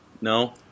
No